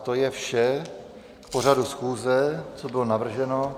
To je vše k pořadu schůze, co bylo navrženo.